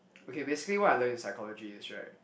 okay basically what I learn in psychology is right